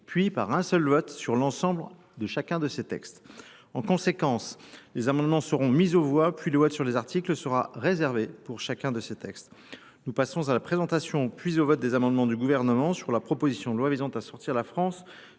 puis par un seul vote sur l'ensemble de chacun de ces textes. En conséquence, les amendements seront mis au voie, puis le vote sur les articles sera réservé pour chacun de ces textes. Nous passons à la présentation puis au vote des amendements du gouvernement sur la proposition loi visant à sortir la France